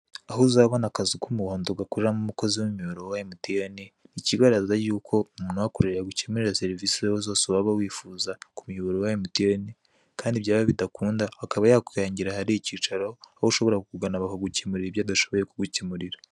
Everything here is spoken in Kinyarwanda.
Aho uzabona akazu k'umuhondo gakoreramo umukozi w'umuyoboro wa MTN, ni ikigaragaza yuko umuntu uhakorera yagukemurira serivisi zose waba wifuza ku muyobora wa MTN, kandi byaba bidakunda akaba yakurangira ahari icyicaro, aho ushobora kugana bakagukemurira ibyo adashoboye kugukemurira.